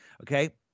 Okay